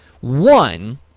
One